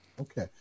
okay